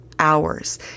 hours